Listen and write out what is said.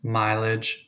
mileage